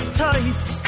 taste